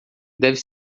deve